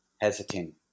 hesitant